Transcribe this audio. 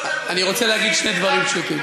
לא נדון בזה, אני רוצה להגיד שני דברים פשוטים.